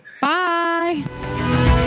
bye